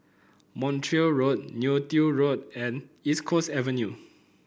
Montreal Road Neo Tiew Road and East Coast Avenue